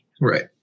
Right